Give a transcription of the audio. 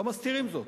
לא מסתירים זאת,